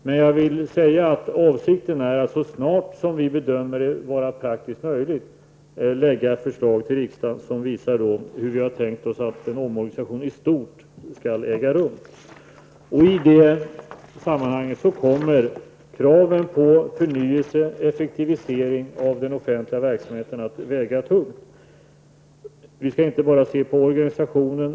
Men jag vill säga att avsikten är att vi så snart som vi bedömer det vara praktiskt möjligt skall lägga fram förslag till riksdagen hur vi har tänkt oss att en omoganisation i stort skall äga rum. I detta sammanhang kommer kraven på förnyelse och effektivisering av den offentliga verksamheten att väga tungt. Vi skall inte bara se på organisationen.